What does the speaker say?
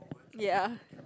ya